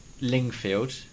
Lingfield